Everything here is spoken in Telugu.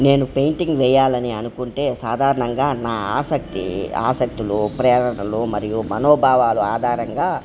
నేను పెయింటింగ్ వెేయాలని అనుకుంటే సాధారణంగా నా ఆసక్తి ఆసక్తులు ప్రేరణలు మరియు మనోభావాలు ఆధారంగా